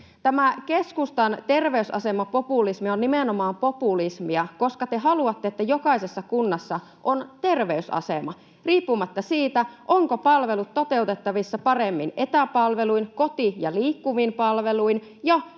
Tämä keskustan terveysasemapopulismi on nimenomaan populismia, koska te haluatte, että jokaisessa kunnassa on terveysasema riippumatta siitä, ovatko palvelut toteutettavissa paremmin etäpalveluin, koti- ja liikkuvin palveluin ja